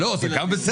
וכמובן,